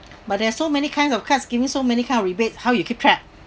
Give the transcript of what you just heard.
but there are so many kinds of cards give me so many kinds of rebate how you keep track